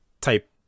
type